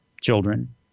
children